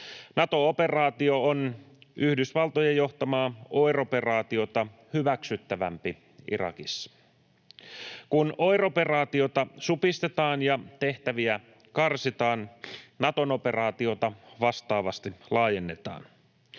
Nato-operaatio on Yhdysvaltojen johtamaa OIR-operaatiota hyväksyttävämpi Irakissa. Kun OIR-operaatiota supistetaan ja tehtäviä karsitaan, Naton operaatiota vastaavasti laajennetaan.